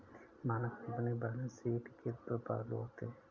मानक company balance sheet के दो फ्लू होते हैं